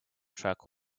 track